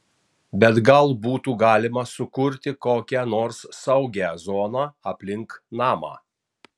bet gal būtų galima sukurti kokią nors saugią zoną aplink namą